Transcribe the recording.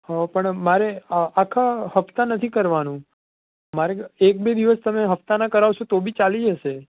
પણ મારે આખા હફતા નથી કરવાનું મારે એક બે દિવસ તમે હફતા ના કરાવશો તો બી ચાલી જશે